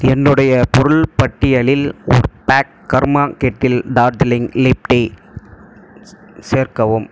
என்னுடைய பொருள் பட்டியலில் ஒரு pack Karma Kettle Darjeeling leaf tea சே சேர்க்கவும்